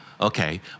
Okay